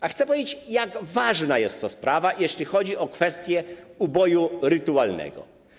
A chcę powiedzieć, jak ważna jest to sprawa, jeśli chodzi o kwestię uboju rytualnego.